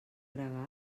gregal